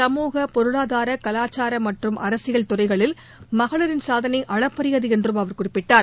சமூக பொருளாதார கலாச்சார மற்றும் அரசியல் துறைகளில் மகளிரின் சாதனை அளப்பரியது என்று அவர் தெரிவித்தார்